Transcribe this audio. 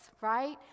right